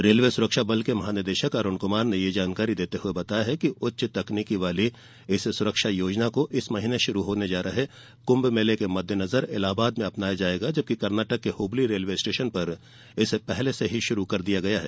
railway सुरक्षा बल के महानिदेशक अरुण कुमार ने यह जानकारी देते हुये बताया कि उच्च तकनीक वाली इस सुरक्षा योजना को इस महीने शुरू हो रहे कुंभ मेले के मद्देनजर इलाहाबाद में और कर्नाटक के हुबली रेलवे स्टेशन पर पहले से ही शुरू कर दिया गया है